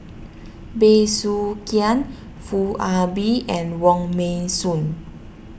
Bey Soo Khiang Foo Ah Bee and Wong Meng soon